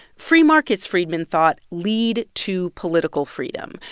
free markets, friedman thought, lead to political freedom.